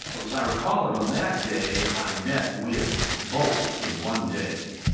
well as i recall it, on that day i met with both, in one day,